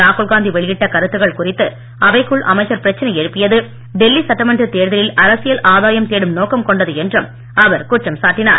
ராகுல் காந்தி வெளியிட்ட கருத்துக்கள் குறித்து அவைக்குள் அமைச்சர் பிரச்சனை எழுப்பியது டெல்லி சட்டமன்றத் தேர்தலில் அரசியல் ஆதாயம் தேடும் நோக்கம் கொண்டது என்றும் அவர் குற்றம் சாட்டினார்